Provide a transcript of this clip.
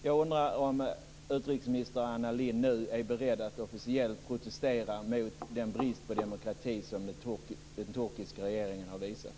Jag undrar om utrikesminister Anna Lindh nu är beredd att officiellt protestera mot den brist på demokrati som den turkiska regeringen har visat.